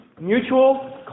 Mutual